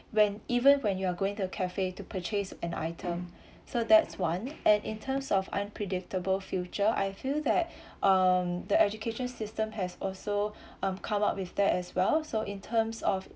when even when you are going to the cafe to purchase an item so that's one and in terms of unpredictable future I feel that um the education system has also um come up with that as well so in terms of